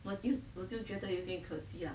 我就我就觉得有点可惜 ah